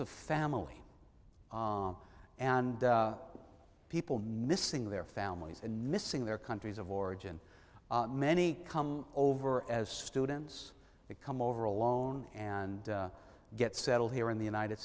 of family and people missing their families and missing their countries of origin many come over as students that come over alone and get settled here in the united